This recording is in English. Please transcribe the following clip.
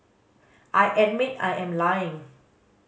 I admit I am lying